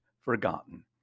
forgotten